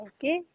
Okay